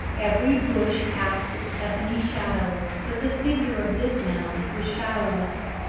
every bush cast its ebony shadow, but the figure of this man was shadowless.